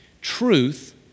Truth